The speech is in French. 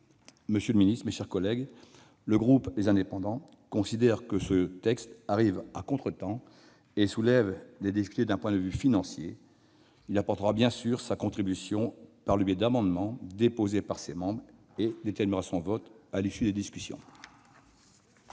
monsieur le ministre, mes chers collègues, le groupe Les Indépendants considère que ce texte arrive à contretemps et qu'il soulève des difficultés d'un point de vue financier. Il apportera sa contribution au débat, par le biais d'amendements déposés par ses membres, et il déterminera son vote à l'issue des discussions. La